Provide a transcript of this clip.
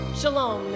Shalom